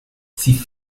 sie